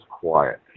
quiet